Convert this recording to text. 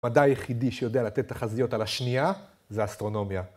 מדע היחידי שיודע לתת תחזיות על השנייה זה אסטרונומיה.